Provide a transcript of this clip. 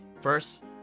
First